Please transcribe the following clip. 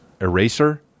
eraser